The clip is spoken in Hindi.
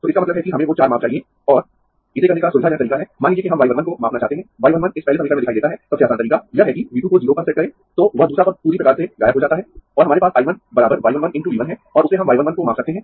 तो इसका मतलब है कि हमें वो चार माप चाहिए और इसे करने का सुविधाजनक तरीका है मान लीजिए कि हम y 1 1 को मापना चाहते है y 1 1 इस पहले समीकरण में दिखाई देता है सबसे आसान तरीका यह है कि V 2 को 0 पर सेट करें तो वह दूसरा पद पूरी प्रकार से गायब हो जाता है और हमारे पास I 1 बराबर y 1 1 × V 1 है और उससे हम y 1 1 को माप सकते है